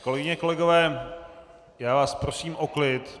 Kolegyně, kolegové, já vás prosím o klid!